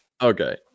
Okay